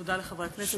תודה לחברי הכנסת,